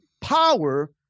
power